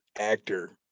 actor